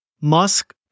Musk